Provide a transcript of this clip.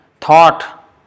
thought